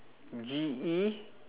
G E